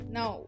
Now